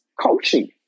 coaching